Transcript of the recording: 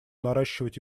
наращивать